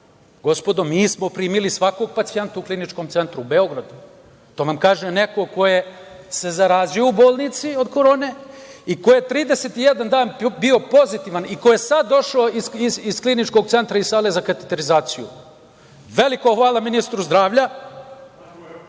Gospodo, mi smo primili svakog pacijenta u Kliničkom centru u Beogradu. To vam kaže neko ko se zarazio u bolnici od korone i ko je 31 dan bio pozitivan i ko je sada došao iz Kliničkog centra iz sale za kateterizaciju. Veliko hvala ministru zdravlja,